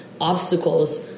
obstacles